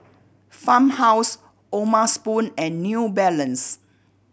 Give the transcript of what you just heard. Farmhouse O'ma Spoon and New Balance